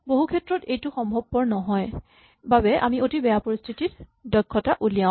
বহুক্ষেত্ৰত এইটো সম্ভৱ নহয় বাবে আমি অতি বেয়া পৰিস্হিতিৰ দক্ষতা উলিয়াও